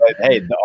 Hey